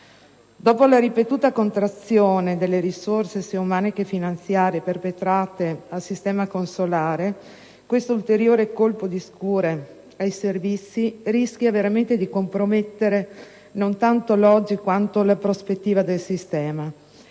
Dopo la ripetuta contrazione delle risorse sia umane che finanziarie perpetrata al sistema consolare, questo ulteriore colpo di scure ai servizi rischia veramente di compromettere non tanto l'oggi quanto la prospettiva del sistema.